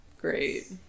Great